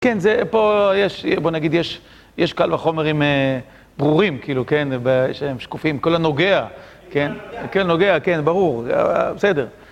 כן, פה יש, בוא נגיד, יש קל וחומרים ברורים, כאילו, כן, יש שקופים, כל הנוגע, כן, כן, נוגע, כן, ברור, בסדר.